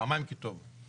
פעמיים כי טוב.